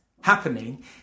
happening